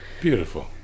beautiful